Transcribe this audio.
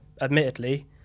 admittedly